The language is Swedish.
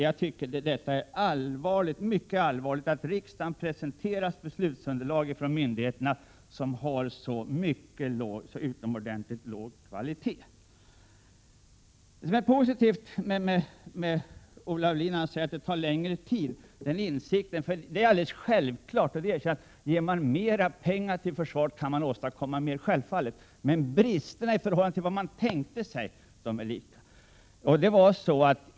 Jag tycker att det är mycket allvarligt att riksdagen presenteras beslutsunderlag från myndigheterna av så utomordentligt låg kvalitet. Olle Aulin säger alltså att det tar längre tid, och det tycker jag är positivt. Det är alldeles självklart att ger man mer pengar till försvaret, kan det åstadkommas mer, men bristerna i förhållande till vad man tänkt sig är detsamma.